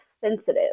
sensitive